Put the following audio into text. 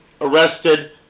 Arrested